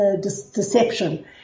deception